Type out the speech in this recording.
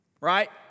Right